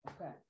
Okay